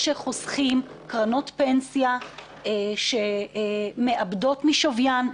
יש שחוסכים קרנות פנסיה שמאבדות משוויין,